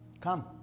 come